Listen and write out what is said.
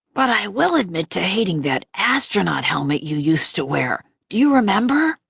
but i will admit to hating that astronaut helmet you used to wear, do you remember?